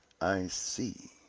i see!